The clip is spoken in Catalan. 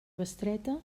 bestreta